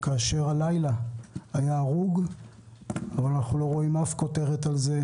כאשר הלילה היה הרוג ואנחנו לא רואים אף כותרת על זה.